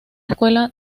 secuela